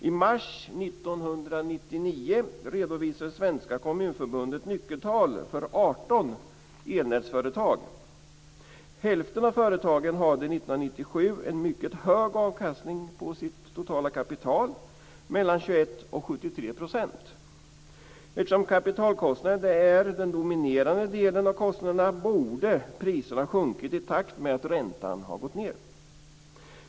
I mars 1999 redovisade Svenska Hälften av företagen hade 1997 en mycket hög avkastning på sitt totala kapital - mellan 21 och 73 %. Eftersom kapitalkostnaderna är den dominerande delen av kostnaderna borde priserna ha sjunkit i takt med att räntan har gått ned.